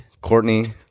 Courtney